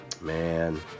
Man